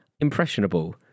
impressionable